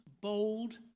bold